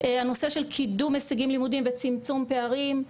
הנושא של קידום הישגים לימודיים וצמצום פערים,